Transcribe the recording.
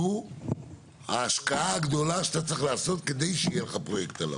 שהוא ההשקעה הגדולה שאתה צריך לעשות כדי שיהיה לך פרויקט עליו.